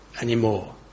anymore